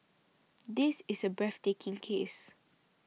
this is a breathtaking case